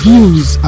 views